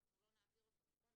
אז אנחנו לא נעביר אותו, נכון?